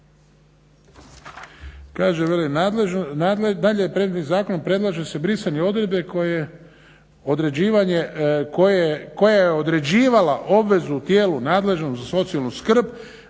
se ne razumije./… zakonom predlaže se brisanje odredbe koja je određivala obvezu u tijelu nadležnom za socijalnu skrb